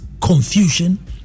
confusion